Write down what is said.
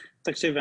תקשיבי.